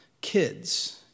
Kids